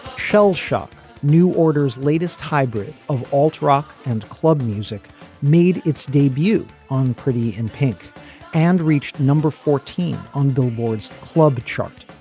shellshock new orders latest hybrid of all truck and club music made its debut on pretty in pink and reached number fourteen on billboard's club chart.